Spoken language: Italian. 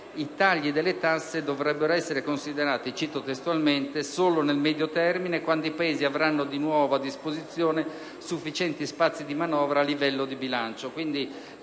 i tagli delle tasse dovrebbero essere considerati - cito testualmente - «solo nel medio termine, quando i Paesi avranno di nuovo a disposizione sufficienti spazi di manovra a livello di bilancio».